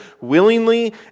willingly